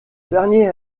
dernier